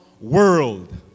world